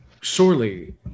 Surely